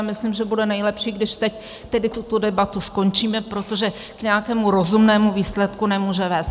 A já myslím, že bude nejlepší, když teď tedy tuto debatu skončíme, protože k nějakému rozumného výsledku nemůže vést.